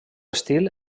estil